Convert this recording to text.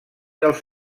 els